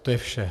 To je vše.